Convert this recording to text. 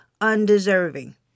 undeserving